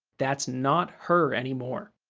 that's not her anymore.